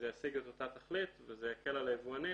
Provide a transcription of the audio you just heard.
זה ישיג את אותה תכלית וזה יקל על היבואנים